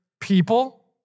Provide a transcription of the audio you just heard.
people